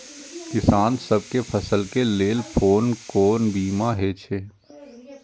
किसान सब के फसल के लेल कोन कोन बीमा हे छे?